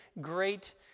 great